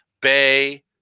Bay